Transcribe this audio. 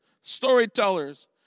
storytellers